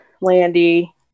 Landy